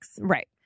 Right